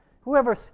Whoever